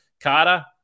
Carter